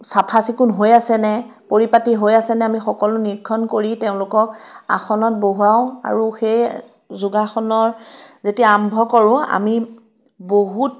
চাফা চিকুণ হৈ আছেনে পৰিপাতি হৈ আছেনে আমি সকলো নিৰীক্ষণ কৰি তেওঁলোকক আসনত বহোঁৱাও আৰু সেই যোগাসনৰ যেতিয়া আৰম্ভ কৰোঁ আমি বহুত